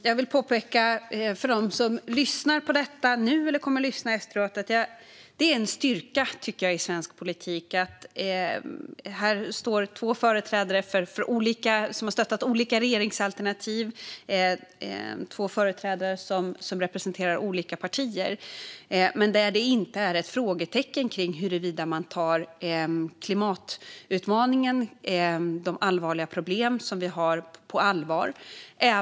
Jag vill påpeka för dem som lyssnar på detta nu eller kommer att lyssna efteråt att det är en styrka i svensk politik att två företrädare som representerar olika partier och har stöttat olika regeringsalternativ står här och debatterar utan att det finns några frågetecken kring huruvida vi tar klimatutmaningen och de problem vi har på allvar.